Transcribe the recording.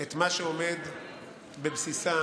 את מה שעומד בבסיסן,